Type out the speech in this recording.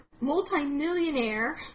Multi-millionaire